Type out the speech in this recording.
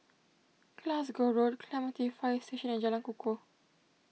Glasgow Road Clementi Fire Station and Jalan Kukoh